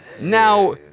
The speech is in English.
Now